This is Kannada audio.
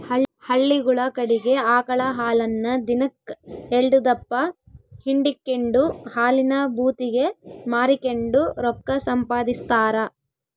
ಹಳ್ಳಿಗುಳ ಕಡಿಗೆ ಆಕಳ ಹಾಲನ್ನ ದಿನಕ್ ಎಲ್ಡುದಪ್ಪ ಹಿಂಡಿಕೆಂಡು ಹಾಲಿನ ಭೂತಿಗೆ ಮಾರಿಕೆಂಡು ರೊಕ್ಕ ಸಂಪಾದಿಸ್ತಾರ